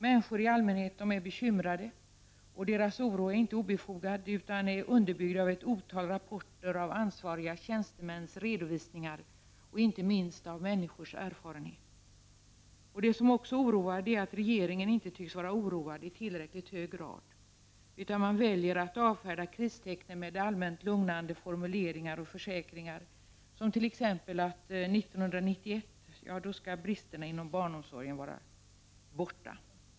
Människor i allmänhet är bekymrade, och deras oro är inte obefogad utan är underbyggd av ett otal rapporter av ansvariga tjänstemäns redovisningar och inte minst av människors erfarenhet. Det som också oroar är att regeringen inte tycks vara oroad i tillräckligt hög grad. Regeringen väljer att avfärda kristecknen med allmänt lugnande formuleringar och försäkringar, t.ex. om att bristerna inom barnomsorgen skall vara borta år 1991.